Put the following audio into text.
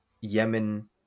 Yemen